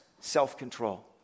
self-control